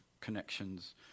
connections